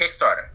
Kickstarter